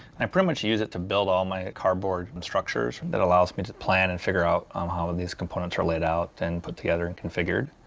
and i pretty much use it to build all my cardboard structures. it allows me to plan and figure out um how ah these components are laid out and put together and configured.